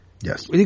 Yes